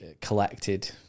collected